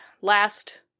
last